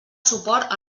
suport